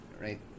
right